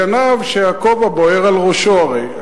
הגנב שהכובע בוער על ראשו הרי.